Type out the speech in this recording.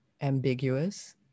ambiguous